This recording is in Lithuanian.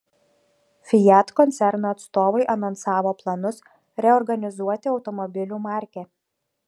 fiat koncerno atstovai anonsavo planus reorganizuoti automobilių markę